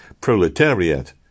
proletariat